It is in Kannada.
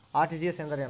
ಆರ್.ಟಿ.ಜಿ.ಎಸ್ ಎಂದರೇನು?